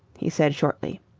he said shortly.